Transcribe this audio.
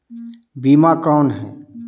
बीमा कौन है?